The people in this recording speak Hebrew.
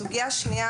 סוגייה שנייה,